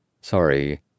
Sorry